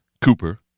Cooper